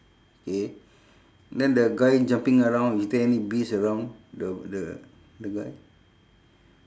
K then the guy jumping around is there any bees around the the the guy